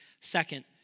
second